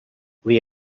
lee